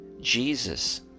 Jesus